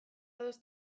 ados